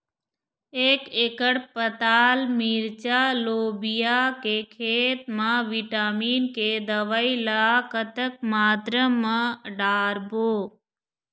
एक एकड़ पताल मिरचा लोबिया के खेत मा विटामिन के दवई ला कतक मात्रा म डारबो?